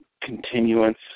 continuance